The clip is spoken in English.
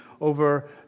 over